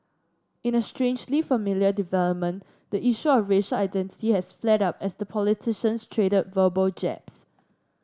in a strangely familiar development the issue of racial identity has flared up as the politicians traded verbal jabs